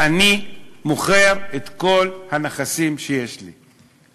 אני מוכר את כל הנכסים שיש לי.